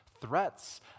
threats